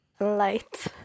Light